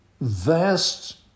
vast